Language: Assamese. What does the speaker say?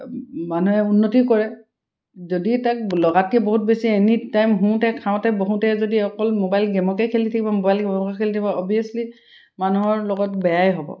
মানুহে উন্নতি কৰে যদি তাক লগাতকৈ বহুত বেছি এনিটাইম শুওঁতে খাওঁতে বহুতে যদি অকল মোবাইল গেমকেই খেলি থাকিব মোবাইল গেমকে খেলি থাকিব অভিয়াছলি মানুহৰ লগত বেয়াই হ'ব